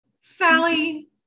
Sally